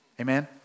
Amen